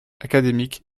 académique